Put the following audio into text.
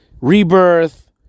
rebirth